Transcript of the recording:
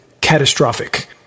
catastrophic